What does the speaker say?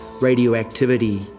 Radioactivity